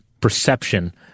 perception